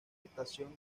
estación